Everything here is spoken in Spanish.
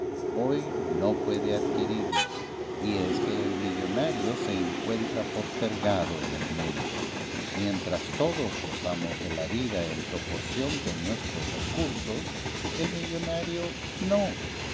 hoy no puede adquirirlo y es que el millonario se encuentra postergado en el mundo mientras todos gozamos de la vida en proporción con nuestros recursos el millonario no